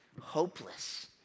hopeless